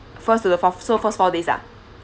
first to the forth so first four days ah